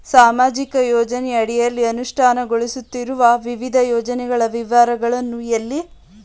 ಸಾಮಾಜಿಕ ಯೋಜನೆಯ ಅಡಿಯಲ್ಲಿ ಅನುಷ್ಠಾನಗೊಳಿಸುತ್ತಿರುವ ವಿವಿಧ ಯೋಜನೆಗಳ ವಿವರಗಳನ್ನು ಎಲ್ಲಿ ಪಡೆಯಬಹುದು?